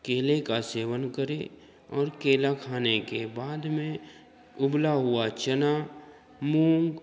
केले का सेवन करें और केला खाने के बाद में उबला हुआ चन्ना मूंग